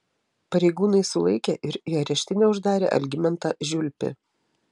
pareigūnai sulaikė ir į areštinę uždarė algimantą žiulpį